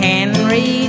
Henry